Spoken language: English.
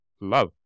love